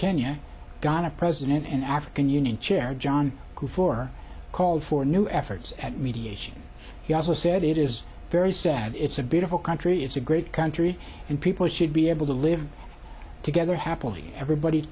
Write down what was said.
kenya got a president an african union chair john who for called for a new efforts at mediation he also said it is very sad it's a beautiful country it's a great country and people should be able to live together happily everybody